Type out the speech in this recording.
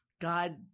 God